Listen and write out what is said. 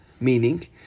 Meaning